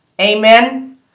Amen